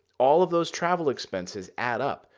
all of those travel expenses add up.